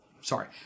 Sorry